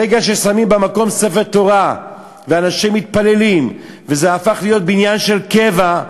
ברגע ששמים במקום ספר תורה ואנשים מתפללים וזה הפך להיות בניין של קבע,